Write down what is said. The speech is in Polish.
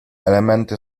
elementy